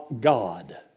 God